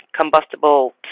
combustible